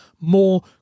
more